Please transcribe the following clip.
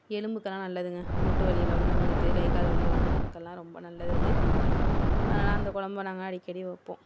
எலும்புக்கெலாம் நல்லதுங்க மூட்டுவலி உள்ளவங்களுக்கு கை கால் வலி உள்ளவங்களுக்குலாம் ரொம்ப நல்லது அது அதனால அந்த குழம்ப நாங்கள் அடிக்கடி வைப்போம்